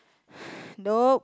nope